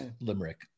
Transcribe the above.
limerick